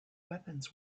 weapons